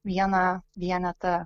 vieną vienetą